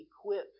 equip